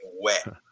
wet